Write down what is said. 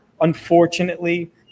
unfortunately